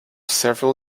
several